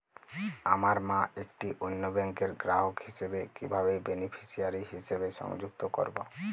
আমার মা একটি অন্য ব্যাংকের গ্রাহক হিসেবে কীভাবে বেনিফিসিয়ারি হিসেবে সংযুক্ত করব?